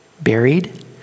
buried